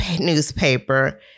newspaper